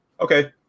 Okay